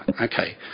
okay